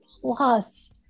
plus